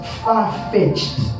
far-fetched